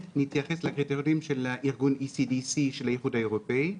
נתייחס לקריטריונים של ארגון ECDC של האיחוד האירופאי,